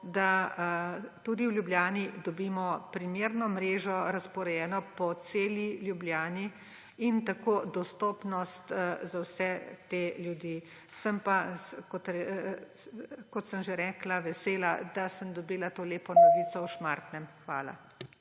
da tudi v Ljubljani dobimo primerno mrežo, razporejeno po celi Ljubljani, in tako dostopnost za vse te ljudi. Sem pa, kot sem že rekla, vesela, da sem dobila to lepo novico o Šmartnem. Hvala.